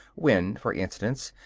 when, for instance,